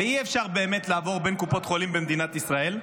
ואי-אפשר באמת לעבור בין קופות חולים במדינת ישראל.